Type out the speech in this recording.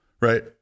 right